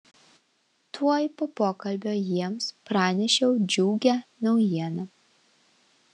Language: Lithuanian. tuoj po pokalbio jiems pranešiau džiugią naujieną